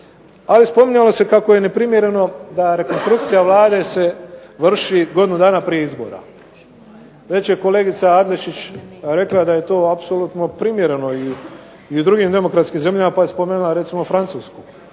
Ali spominjano se kako je neprimjereno da se rekonstrukcija Vlade se vrši godinu dana prije izbora. Već je kolegica Adlešič rekla da je to apsolutno primjerno i u drugim demokratskim zemljama, pa je spomenula recimo Francusku.